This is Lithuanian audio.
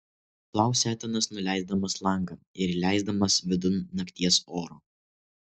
klausia etanas nuleisdamas langą ir įleisdamas vidun nakties oro